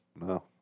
No